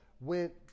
went